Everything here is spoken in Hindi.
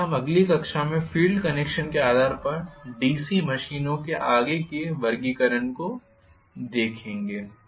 इसलिए हम अगली कक्षा में फील्ड कनेक्शन के आधार पर डीसी मशीनों के आगे के वर्गीकरण को देखेंगे